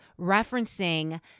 referencing